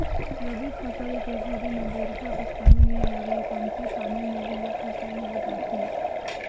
रबी फसल के घरी में बईरखा कस पानी नई लगय कमती पानी म घलोक फसल हो जाथे